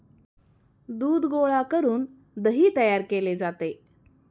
दूध गोळा करून दही तयार केले जाते